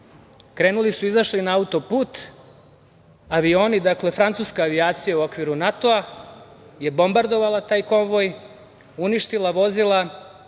krenuli su, izašli na autoput, avioni, dakle francuska avijacija u okviru NATO-a je bombardovala taj konvoj, uništila vozila